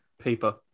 Paper